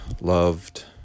loved